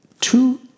two